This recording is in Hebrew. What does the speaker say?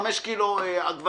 חמישה קילו עגבניות,